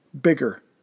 bigger